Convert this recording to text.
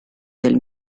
del